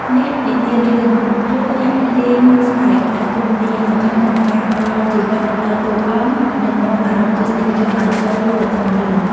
អ្នកនិទានរឿង ឬ អ្នកលេងស្បែក ដើរតួនាទីយ៉ាងសំខាន់ក្នុងការផ្តល់ជីវិតដល់តួអង្គ និងនាំអារម្មណ៍ទស្សនិកជនឱ្យចូលទៅក្នុងរឿង។